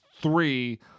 three